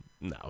No